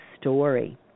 story